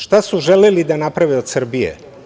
Šta su želeli da naprave od Srbije?